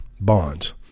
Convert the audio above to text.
bonds